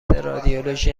رادیولوژی